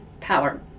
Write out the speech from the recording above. power